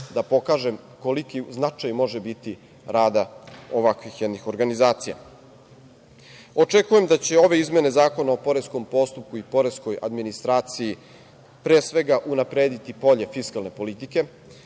da pokažem koliki značaj može biti rada ovakvih jednih organizacija. Očekujem da će ove izmene Zakona o poreskom postupku i poreskoj administraciji pre svega unaprediti polje fiskalne politike,